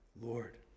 Lord